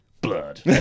blood